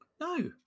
No